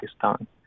Pakistan